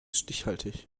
stichhaltig